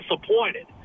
disappointed